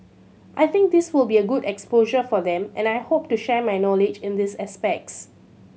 I think this will be a good exposure for them and I hope to share my knowledge in these aspects